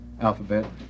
alphabet